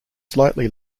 slightly